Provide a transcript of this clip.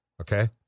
okay